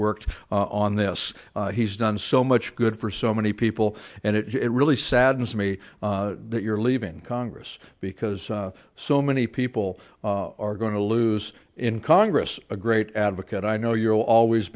worked on this he's done so much good for so many people and it really saddens me that you're leaving congress because so many people are going to lose in congress a great advocate i know you'll always